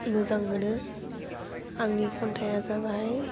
मोजां मोनो आंनि खन्थाइया जाबाय